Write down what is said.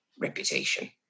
reputation